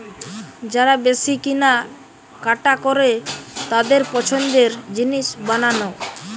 যারা বেশি কিনা কাটা করে তাদের পছন্দের জিনিস বানানো